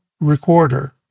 recorder